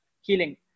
healing